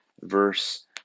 verse